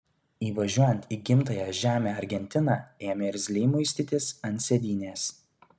įvažiuojant į gimtąją žemę argentina ėmė irzliai muistytis ant sėdynės